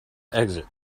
exit